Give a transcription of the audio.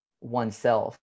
oneself